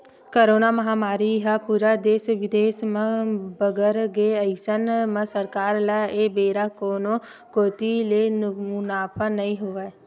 corona महामारी ह पूरा देस बिदेस म बगर गे अइसन म सरकार ल ए बेरा कोनो कोती ले मुनाफा नइ होइस